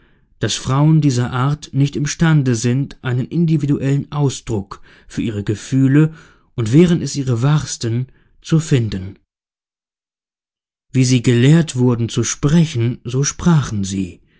daß frauen dieser art nicht imstande sind einen individuellen ausdruck für ihre gefühle und wären es ihre wahrsten zu finden wie sie gelehrt wurden zu sprechen so sprachen sie